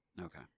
Okay